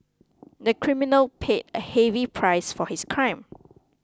the criminal paid a heavy price for his crime